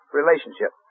relationship